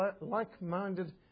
like-minded